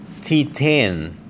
T10